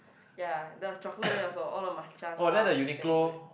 ya the chocolate there also all the matcha stuff damn good